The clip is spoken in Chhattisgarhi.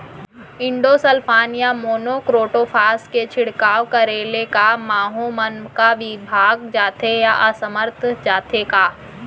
इंडोसल्फान या मोनो क्रोटोफास के छिड़काव करे ले क माहो मन का विभाग जाथे या असमर्थ जाथे का?